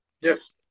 Yes